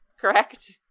Correct